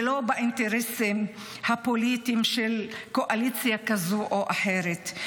ולא באינטרסים הפוליטיים של קואליציה כזאת או אחרת.